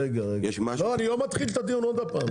רגע, אני לא מתחיל את הדיון עוד פעם.